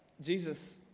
Jesus